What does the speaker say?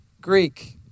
Greek